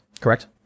Correct